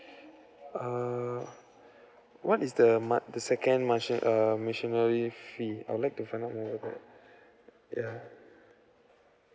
err what is the mon~ the second mont~ um miscellaneous fee I would like to find more about it ya